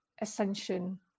ascension